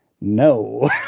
no